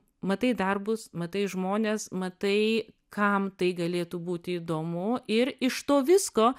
matai darbus matai žmones matai kam tai galėtų būti įdomu ir iš to visko